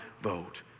vote